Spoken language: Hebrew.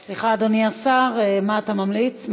סליחה, אדוני השר, מה אתה ממליץ?